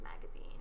magazine